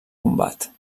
combat